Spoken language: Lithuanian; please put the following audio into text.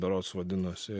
berods vadinosi